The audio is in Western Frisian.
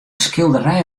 skilderij